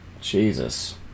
Jesus